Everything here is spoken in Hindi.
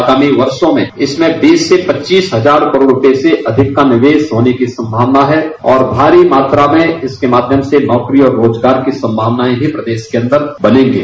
आगामी दषों में इसमें बीस से पच्चीस हजार करोड़ रूपये से अधिकतम निदेश होने की सम्भावना है और भारी मात्रा में इसके माध्यम से नौकरी और रोजगार की सम्भावनायें हैं प्रदेश के अंदर बनेंगे